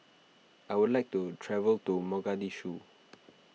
I would like to travel to Mogadishu